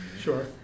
Sure